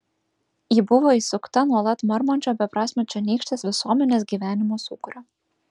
ji buvo įsukta nuolat marmančio beprasmio čionykštės visuomenės gyvenimo sūkurio